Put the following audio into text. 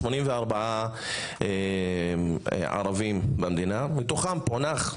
84 ערבים במדינה, מתוכם פוענחו